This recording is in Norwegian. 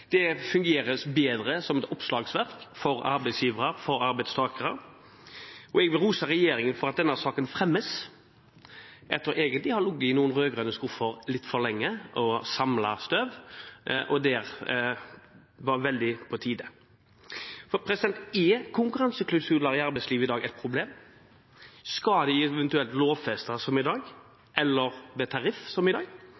Det fungerer bedre som et oppslagsverk for arbeidsgivere og for arbeidstakere. Jeg vil rose regjeringen for at denne saken fremmes – etter egentlig å ha ligget i noen rød-grønne skuffer litt for lenge og samlet støv. Dette var veldig på tide. Er konkurranseklausuler i arbeidslivet i dag et problem? Skal de eventuelt lovfestes eller – som i dag – tariffestes? Hvor lenge skal man kunne ha karantene? Hvem skal betale for karantenen? I